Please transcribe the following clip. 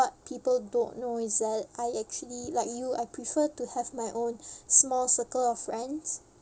what people don't know is that I actually like you I prefer to have my own small circle of friends